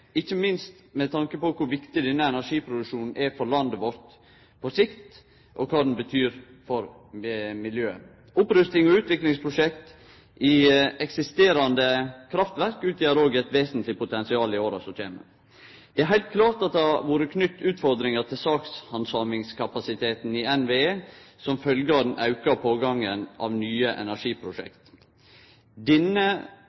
ikkje minst med tanke på kor viktig denne energiproduksjonen er for landet vårt på sikt, og kva det betyr for miljøet. Opprustings- og utviklingsprosjekt i eksisterande kraftverk utgjer òg eit vesentleg potensial i åra som kjem. Det er heilt klart at det har vore knytt utfordringar til sakshandsamingskapasiteten i NVE som følgje av den auka pågangen av nye